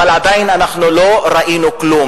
ועדיין אנחנו לא ראינו כלום.